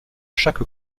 chaque